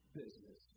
business